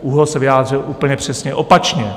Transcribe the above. ÚOHS se vyjádřil úplně přesně opačně.